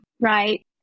Right